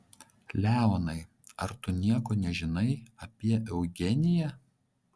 leonai ar tu nieko nežinai apie eugeniją